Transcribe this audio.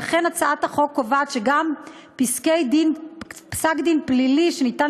לכן הצעת החוק קובעת שגם פסק-דין פלילי שניתן